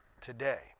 today